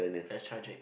that's tragic